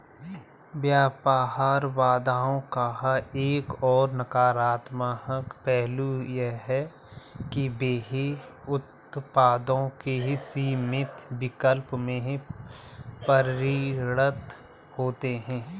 व्यापार बाधाओं का एक और नकारात्मक पहलू यह है कि वे उत्पादों के सीमित विकल्प में परिणत होते है